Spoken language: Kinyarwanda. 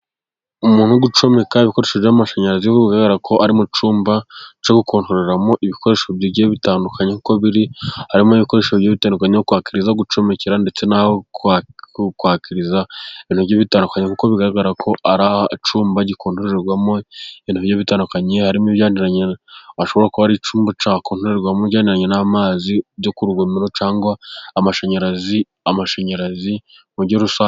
Umuntu uri gucomeka ibikoresho by' amashanyarazi, kubera ko ari mu cyumba cyo gukontororeramo ibikoresho bigiye bitandukanye, uko biri harimo ibikoresho byihutirwa no kwakirizaho, aho gucomeka, ndetse naho kwakiriza, ibintu bitandukanye kuko bigaragara ko ari icumba gikontororerwamo ibintu bitandukanye, harimo ibyananiranye gishobora kuba icumba cyo kukontoreramo ibigenderanye n' amazi yo ku rugomero cyangwa amashanyarazi, amashanyarazi mugihe(...).